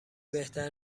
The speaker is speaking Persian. بهتر